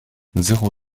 zéro